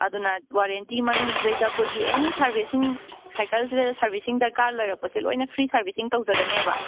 ꯑꯗꯨꯅ ꯋꯥꯔꯦꯟꯇꯤ ꯃꯅꯨꯡꯁꯤꯗꯩꯗ ꯑꯩꯈꯣꯏꯒꯤ ꯑꯦꯅꯤ ꯁꯔꯚꯤꯁꯁꯤꯡ ꯁꯥꯏꯀꯜꯁꯤꯗ ꯁꯔꯚꯤꯁꯤꯡ ꯗꯔꯀꯥꯔ ꯂꯩꯔꯛꯄꯁꯦ ꯂꯣꯏꯅ ꯐ꯭ꯔꯤ ꯁꯔꯚꯤꯁꯁꯤꯡ ꯇꯧꯖꯒꯅꯦꯕ